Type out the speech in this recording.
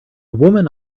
woman